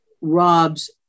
robs